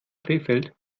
krefeld